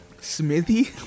Smithy